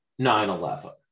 9-11